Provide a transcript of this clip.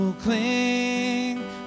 cling